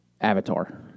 Avatar